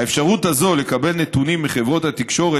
האפשרות הזאת לקבל נתונים מחברות התקשורת